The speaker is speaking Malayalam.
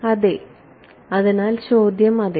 അതിനാൽ ചോദ്യം അതെ